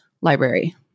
library